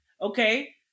okay